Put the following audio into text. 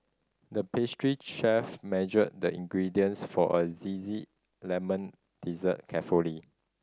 the pastry chef measured the ingredients for a lemon dessert carefully